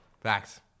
Facts